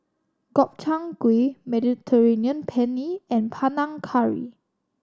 Gobchang Gui Mediterranean Penne and Panang Curry